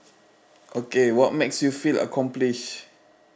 okay what makes you feel accomplished